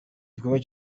gikorwa